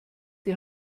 die